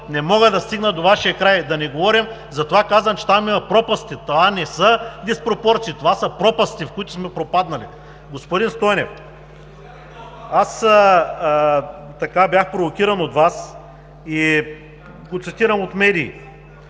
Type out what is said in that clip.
не мога да стигна до Вашия край. Да не говорим за това, че там са пропасти. Това не са диспропорции, това са пропасти, в които сме пропаднали. Господин Стойнев, аз бях провокиран от Вас и го цитирам от медии.